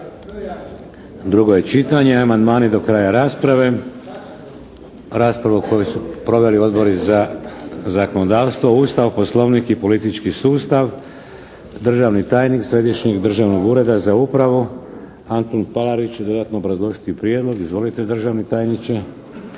drugo je čitanje, amandmani do kraja rasprave. Raspravu koju su proveli Odbori za zakonodavstvo, Ustav, Poslovnik i politički sustav. Državni tajnik Središnjeg državnog ureda za upravu, Antun Palarić će dodatno obrazložiti prijedlog. Izvolite, državni tajniče.